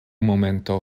momento